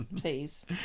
Please